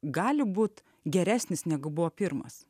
gali būt geresnis negu buvo pirmas